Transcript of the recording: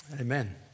Amen